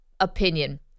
opinion